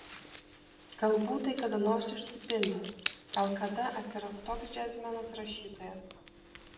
galbūt tai kada nors išsipildys gal kada atsiras toks džiazmenas rašytojas